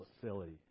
facility